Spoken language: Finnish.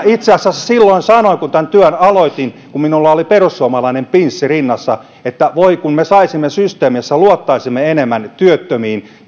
itse asiassa silloin sanoin kun tämän työn aloitin kun minulla oli perussuomalaisten pinssi rinnassa että voi kun me saisimme systeemin jossa luottaisimme enemmän työttömiin